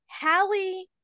Hallie